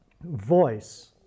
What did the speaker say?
voice